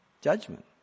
Judgment